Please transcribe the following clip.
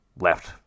left